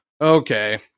okay